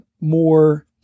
more